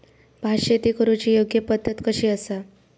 भात शेती करुची योग्य पद्धत कशी आसा?